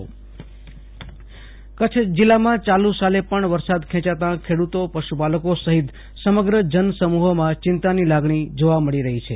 Ashutosh Antani Kutch હવા માન કચ્છ જિલ્લામાં યાલુ સાલે પણ વરસાદ ખેંચાતા ખેડુતો પશુપાલકોને સહિત સમગ્ર જનસમુહમાં ચિંતાની લાગણી જોવા મળી રહી છે